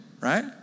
right